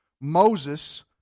Moses